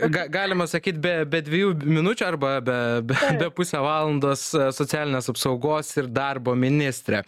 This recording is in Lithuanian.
ga galima sakyt be be dviejų minučių arba be be be pusę valandos socialinės apsaugos ir darbo ministrė